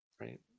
right